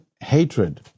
hatred